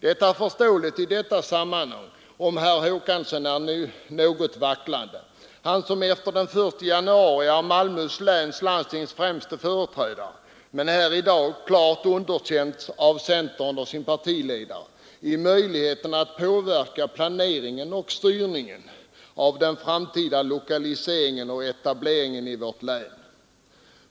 Det är förståeligt att herr Håkansson i detta sammanhang är något vacklande, han som efter den 1 januari är Malmöhus läns landstings främste företrädare men här i dag klart underkänts av sitt eget parti och dess ledare när det gäller möjligheten att påverka planeringen och styrningen av den framtida lokaliseringen och etableringen i länet.